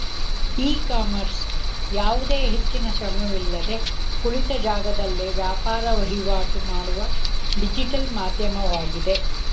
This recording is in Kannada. ಇ ಕಾಮರ್ಸ್ ಯಾವುದೇ ಹೆಚ್ಚಿನ ಶ್ರಮವಿಲ್ಲದೆ ಕುಳಿತ ಜಾಗದಲ್ಲೇ ವ್ಯಾಪಾರ ವಹಿವಾಟು ಮಾಡುವ ಡಿಜಿಟಲ್ ಮಾಧ್ಯಮವಾಗಿದೆ